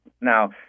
Now